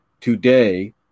today